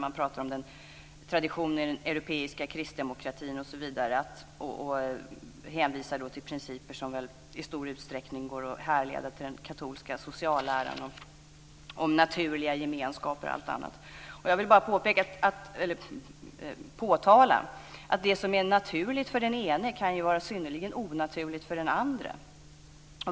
Man talar om en tradition i den europeiska kristdemokratin osv. och hänvisar till principer som i stor utsträckning går att härleda till den katolska socialläran om naturliga gemenskaper. Jag vill bara påtala att det som är naturligt för den ene kan vara synnerligen onaturligt för den andre.